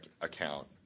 account